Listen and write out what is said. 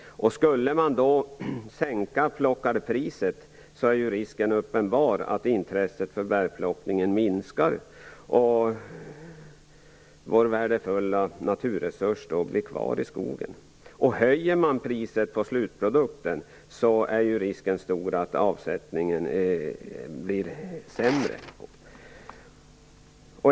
Skulle man sänka plockarpriset är risken uppenbar att intresset för bärplockningen minskar och vår värdefulla naturresurs blir kvar i skogen. Höjer man priset på slutprodukten är risken stor att avsättningen blir sämre.